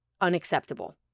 unacceptable